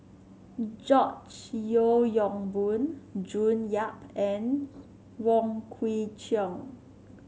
George Yeo Yong Boon June Yap and Wong Kwei Cheong